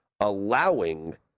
allowing